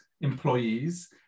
employees